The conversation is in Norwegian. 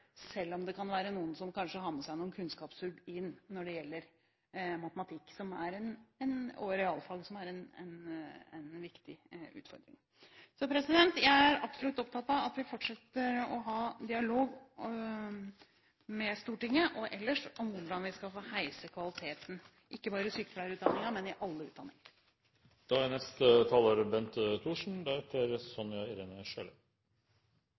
selv om det kanskje kan være noen som har med seg noen kunnskapshull inn når det gjelder matematikk og realfag som er en viktig utfordring. Så jeg er absolutt opptatt av at vi fortsetter å ha dialog med Stortinget og ellers om hvordan vi skal få hevet kvaliteten – ikke bare i sykepleierutdanningen, men i